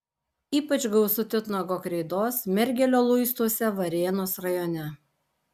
ypač gausu titnago kreidos mergelio luistuose varėnos rajone